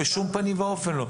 בשום פנים ואופן לא.